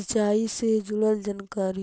सिंचाई से जुड़ल जानकारी?